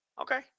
Okay